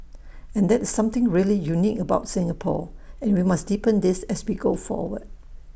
and that is something really unique about Singapore and we must deepen this as we go forward